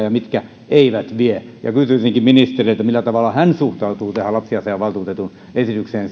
ja mitkä eivät vie kysyisinkin ministeriltä millä tavalla hän suhtautuu lapsiasiavaltuutetun esitykseen